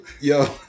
yo